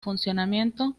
funcionamiento